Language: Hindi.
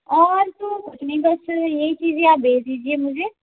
और तो कुछ नहीं बस यही चीज़ै आप भेज दीजिए मुझे